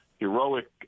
heroic